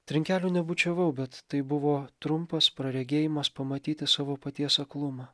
trinkelių nebučiavau bet tai buvo trumpas praregėjimas pamatyti savo paties aklumą